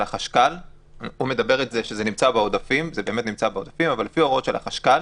זה באמת נמצא בעודפים אבל לפי ההוראות של החשכ"ל,